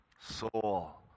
soul